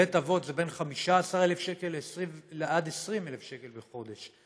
בבית אבות זה 15,000 20,000 ש"ח בחודש.